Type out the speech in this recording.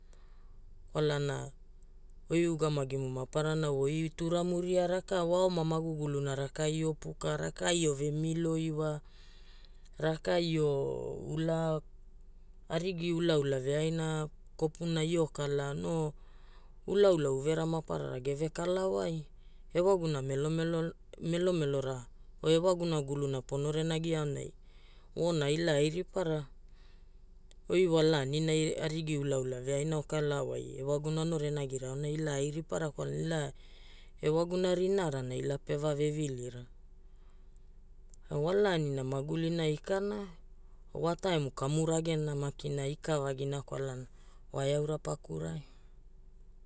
Kwalana oi ugamagimu maparana oi turamu ria raka waaoma guguluana rakai oi puka, raka oi vemilo iwa, raka oi ula, arigi ula ula veaina kopuna oi kalaa, noo ulaula uvera maparara geve kalawai. Ewagumona melomelo, melomelora oo iwaguna guluna pono renagia aonai, voona airipara. Oi walaaninai arigi ulaula veaina okalaa wai ewaguna ono renagira aonai ila airapara. Kwalana ira ewaguna rinaarana ia pevaa vievilira. Na walaani magulina ikana, wa taemu kamu ragena maki ikavagina kwalana wa eaura pakurai.